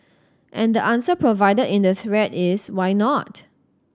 and the answer provided in the thread is why not